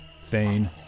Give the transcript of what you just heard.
Thane